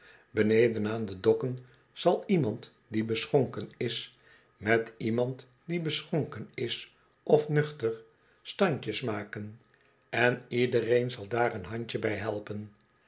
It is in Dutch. beneden aan de dokken zal iemand die beschonken is met iemand die beschonken is of nuchter standjes maken en iedereen zal daar een handje bij helpen